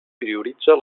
prioritza